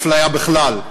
אפליה בכלל,